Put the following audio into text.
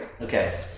Okay